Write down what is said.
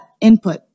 input